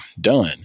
done